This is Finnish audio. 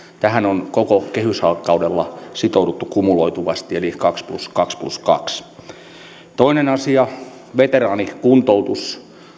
tähän on koko kehyskaudella sitouduttu kumuloituvasti eli kaksi plus kaksi plus toisen toinen asia veteraanikuntoutukseen